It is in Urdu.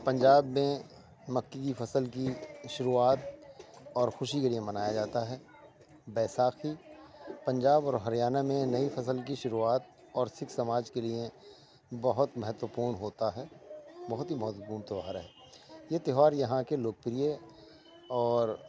پنجاب میں مکے کی فصل کی شروعات اور خوشی کے لیے منایا جاتا ہے بیساکھی پنجاب اور ہریانہ میں نئی فصل کی شروعات اور سکھ سماج کے لیے بہت مہتوپورن ہوتا ہے بہت ہی مہتوپورن تہوار ہے یہ تہوار یہاں کے لوک پریے اور